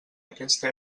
aquesta